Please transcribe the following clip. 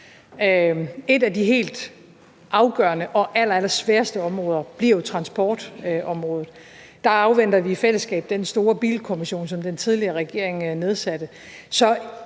Et af de helt afgørende og allerallersværeste områder bliver jo transportområdet. Der afventer vi i fællesskab den store bilkommission, som den tidligere regering nedsatte.